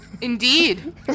Indeed